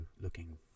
looking